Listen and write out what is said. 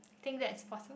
think that's possible